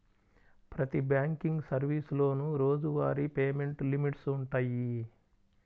ప్రతి బ్యాంకింగ్ సర్వీసులోనూ రోజువారీ పేమెంట్ లిమిట్స్ వుంటయ్యి